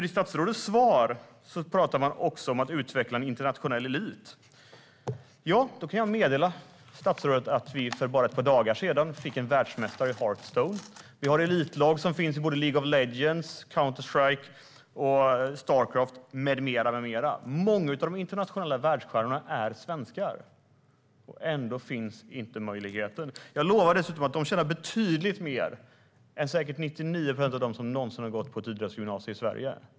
I statsrådets svar talas det också om att utveckla en internationell elit. Då får jag meddela statsrådet att vi för bara några dagar sedan fick en världsmästare i Hearthstone. Vi har elitlag i League of Legends, Counterstrike, Starcraft med mera. Många av de internationella världsstjärnorna är svenskar, men ändå finns inte möjligheten! Jag lovar dessutom att de tjänar betydligt mer än 99 procent av dem som någonsin har gått på ett idrottsgymnasium i Sverige.